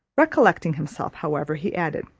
recollecting himself, however, he added,